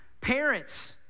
parents